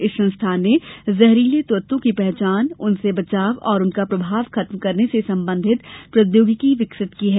इस संस्थान ने जहरीले तत्वों की पहचान उनसे बचाव और उनका प्रभाव खत्म करने से संबंधित प्रौद्योगिकी विकसित की है